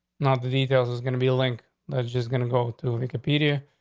not the details, is going to be a link that's just gonna go to the computer.